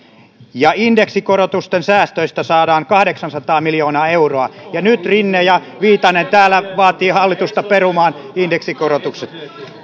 ja indeksikorotusten säästöistä saadaan kahdeksansataa miljoonaa euroa ja nyt rinne ja viitanen täällä vaativat hallitusta perumaan indeksikorotukset